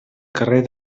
carrer